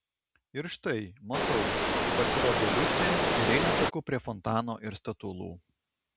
ir štai matau pasirodo liucė ir eina taku prie fontano ir statulų